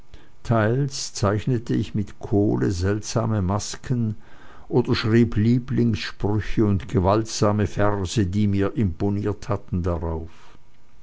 teils zeichnete ich mit kohle seltsame masken oder schrieb lieblingssprüche und gewaltsame verse die mir imponiert hatten darauf